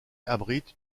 abrite